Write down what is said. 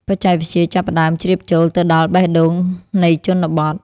បច្ចេកវិទ្យាចាប់ផ្ដើមជ្រាបចូលទៅដល់បេះដូងនៃជនបទ។